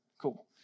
cool